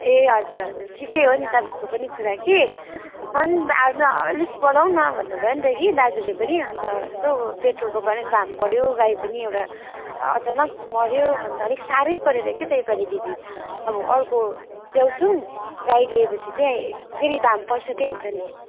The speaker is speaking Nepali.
ए हजुर हजुर ठिकै हो नि तपाईँको पनि कुरा कि म नि अब अलिक बढाउँ न भन्नुभयो नि त कि दाजुले पनि अनि त यसो पेट्रोलको पनि दाम बढ्यो गाई पनि एउटा अचानक मर्यो अनि त अलिक साह्रै परेर के त योपालि दिदी अब अर्को ल्याउँछौँ गाई ल्याएपछि चाहिँ फेरि दाम पैँसठ्ठी नै हुन्छ नि